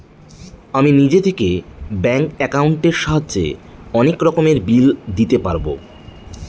আমি নিজে থেকে ব্যাঙ্ক একাউন্টের সাহায্যে অনেক রকমের বিল দিতে পারবো